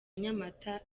nyamata